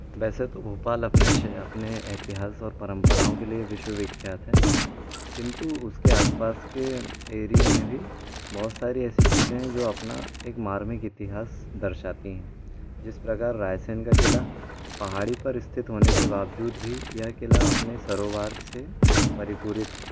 वैसे तो भोपाल अपने अपने एतिहास और परम्पराओं के लिए विश्व विख्यात है किंतु उस के आसपास के एरिये में भी बहुत सारी ऐसी चीज़ें हैं जो अपना एक मारमिक इतिहास दर्शाती हैं जिस प्रकार रायसेन का किला पहाड़ी पर स्थित होने के बावजूद भी यह किला अपने सरोवार से परिपूरित है